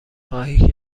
خواهی